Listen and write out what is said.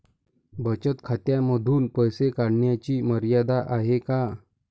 बचत खात्यांमधून पैसे काढण्याची मर्यादा आहे का?